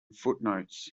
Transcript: footnotes